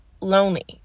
lonely